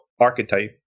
archetype